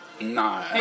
No